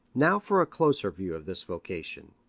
now for a closer view of this vocation.